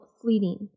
fleeting